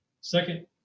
Second